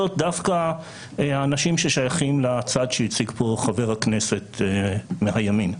דווקא האנשים ששייכים לצד שהציג פה חבר הכנסת מהימין.